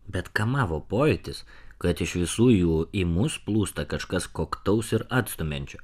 bet kamavo pojūtis kad iš visų jų į mus plūsta kažkas koktaus ir atstumiančio